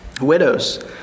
widows